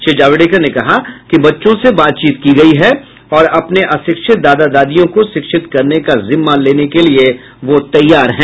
श्री जावड़ेकर ने कहा कि बच्चों से बातचीत की गयी है और अपने अशिक्षित दादा दादियों को शिक्षित करने का जिम्मा लेने को वो तैयार हैं